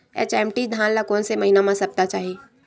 HMT धान ल कोन से महिना म सप्ता चाही?